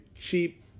cheap